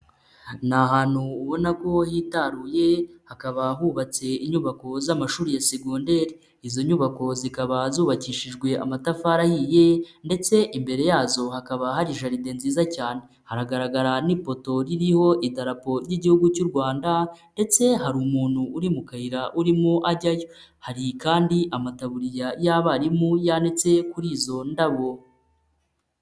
Ni ahantu ubona ko hitaruye hakaba hubatse inyubako z'amashuri ya segonderi, izo nyubako zikaba zubakishijwe amatafari ye ndetse imbere yazo hakaba hari jaride nziza cyane, hagaragara n'ipoto ririho itapo ry'Igihugu cy'u Rwanda ndetse hari umuntu uri mu kayira urimo ajyayo, hari kandi amataburiya y'abarimu yanitse kuri izo ndabo.